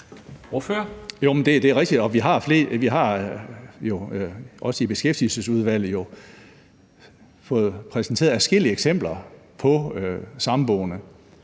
vi har jo også i Beskæftigelsesudvalget fået præsenteret adskillige eksempler på samboende,